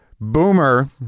Boomer